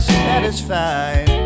satisfied